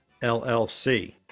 LLC